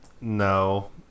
no